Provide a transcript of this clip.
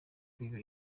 kwiga